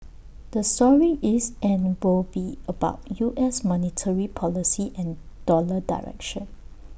the story is and will be about U S monetary policy and dollar direction